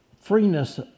freeness